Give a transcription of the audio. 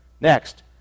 Next